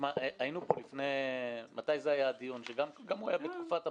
היינו פה בדיון שגם הוא היה בתקופת הבחירות.